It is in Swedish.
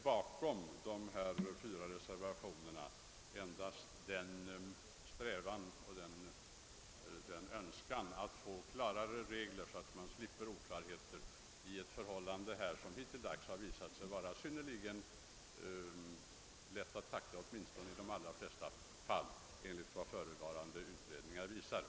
Bakom de fyra reservationerna ligger endast en strävan att få klarare regler på ett område som enligt vad utredningar har visat hittills varit och kan bli oklart.